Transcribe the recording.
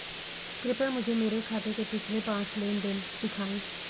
कृपया मुझे मेरे खाते के पिछले पांच लेन देन दिखाएं